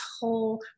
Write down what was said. whole